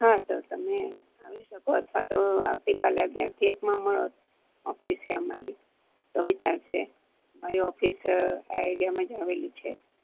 હા સર તમે આવી શકો અથવા તો આવતીકાલે અગિયારથી એકમાં મળો ઓફિસે અમારી તો બી ચાલશે મારી ઓફિસ આ એરિયામાં જ આવેલી છે